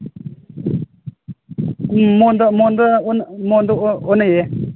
ꯎꯝ ꯃꯣꯟꯗ ꯃꯣꯟꯗ ꯑꯣꯟꯅꯩꯌꯦ